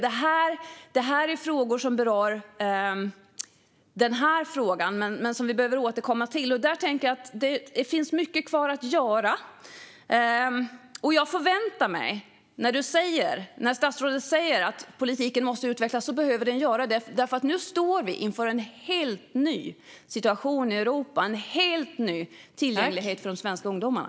Det är frågor som vi behöver återkomma till, och där tänker jag att det finns mycket kvar att göra. När statsrådet säger att politiken måste utvecklas förväntar jag mig att den utvecklas. Nu står vi nämligen inför en helt ny situation i Europa, med en helt ny tillgänglighet för de svenska ungdomarna.